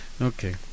Okay